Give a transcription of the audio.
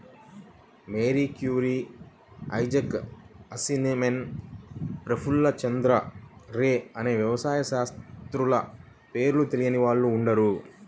Mary Curie, Isaac Asimov, Prafulla Chandra Ray అనే వ్యవసాయ శాస్త్రవేత్తల పేర్లు తెలియని వారుండరు